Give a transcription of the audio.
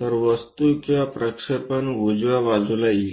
तर वस्तू किंवा प्रक्षेपण उजव्या बाजूला येईल